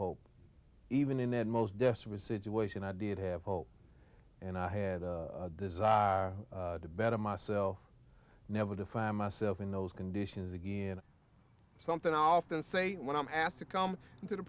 hope even in the most desperate situation i did have hope and i had a desire to better myself never to find myself in those conditions again something i often say when i'm asked to come into the